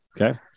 Okay